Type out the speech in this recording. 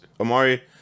Amari